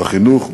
בחינוך,